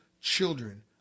children